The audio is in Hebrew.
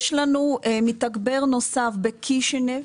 יש לנו מתגבר נוסף בקישינב.